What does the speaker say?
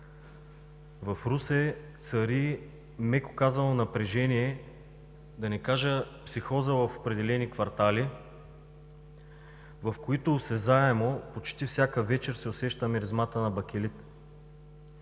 в Русе цари, меко казано, напрежение, да не кажа психоза в определени квартали, в които осезаемо, почти всяка вечер, се усеща миризмата на бакелит.